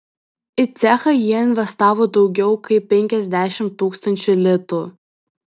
į cechą jie investavo daugiau kaip penkiasdešimt tūkstančių litų